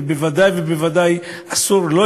ובוודאי ובוודאי אסור לאשר,